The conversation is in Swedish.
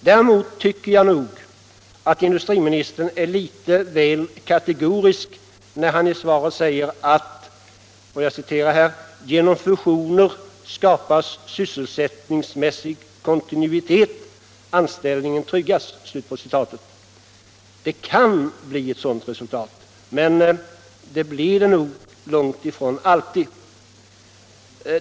Däremot tycker jag att industriministern är litet väl kategorisk när han i svaret säger: ”Försäljningar bidrar i regel till att skapa sysselsättningsmässig kontinuitet — anställningen kan tryggas.” Det kan bli ett sådant resultat, men det inträffar säkert långt ifrån alltid.